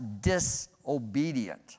disobedient